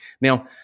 Now